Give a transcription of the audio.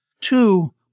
Two